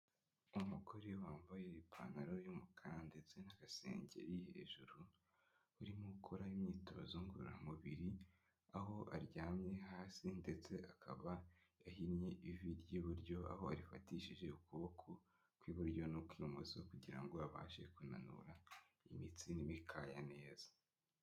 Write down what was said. Umugore wambaye ipantaro y'umukara ndetse n'agasengeri hejuru, urimo ukora imyitozo ngororamubiri aho aryamye hasi ndetse akaba yahinnye ivi ry'iburyo aho arifatishije ukuboko kw'iburyo n'uw'imoso kugira ngo abashe kunanura imitsi n'imikaya neza.